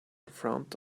front